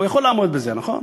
הוא יכול לעמוד בזה, נכון?